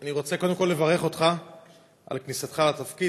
שאני רוצה קודם כול לברך אותך על כניסתך לתפקיד.